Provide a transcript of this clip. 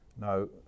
Now